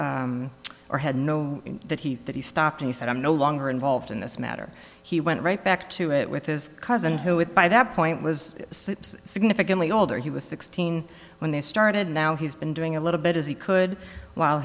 stopped or had no that he that he stopped and he said i'm no longer involved in this matter he went right back to it with his cousin who it by that point was significantly older he was sixteen when they started now he's been doing a little bit as he could while